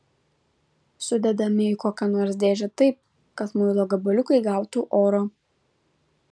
sudedame į kokią nors dėžę taip kad muilo gabaliukai gautų oro